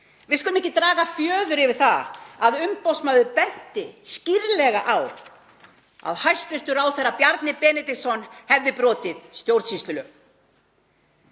Við skulum ekki draga fjöður yfir það að umboðsmaður benti skýrlega á að hæstv. ráðherra Bjarni Benediktsson hefði brotið stjórnsýslulög.